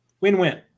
Win-win